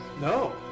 No